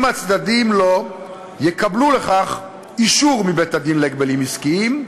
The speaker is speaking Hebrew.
אם הצדדים לו יקבלו לכך אישור מבית-הדין להגבלים עסקיים,